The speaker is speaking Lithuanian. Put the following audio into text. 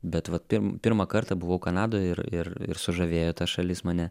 bet vat pir pirmą kartą buvau kanadoj ir ir ir sužavėjo ta šalis mane